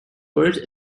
buried